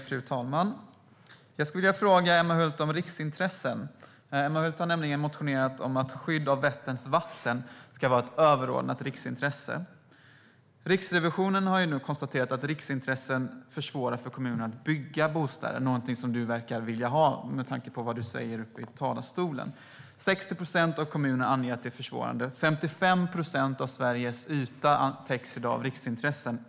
Fru talman! Jag skulle vilja fråga Emma Hult om riksintressen. Emma Hult har motionerat om att skydd av Vätterns vatten ska vara ett överordnat riksintresse. Riksrevisionen har konstaterat att riksintressen försvårar för kommunerna att bygga bostäder. Det är något som Emma Hult verkar vilja ha, med tanke på vad hon har sagt i talarstolen. 60 procent av kommunerna anger att riksintressen är försvårande. 55 procent av Sveriges yta täcks i dag av riksintressen.